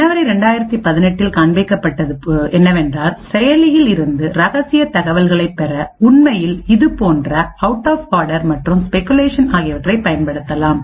ஜனவரி 2018 இல் காண்பிக்கப்பட்டது என்னவென்றால் செயலியில் இருந்து ரகசிய தகவல்களைப் பெறஉண்மையில் இது போன்ற அவுட் ஆப் ஆடர் மற்றும் ஸ்பெகுலேஷன் ஆகியவற்றை பயன்படுத்தப்படலாம்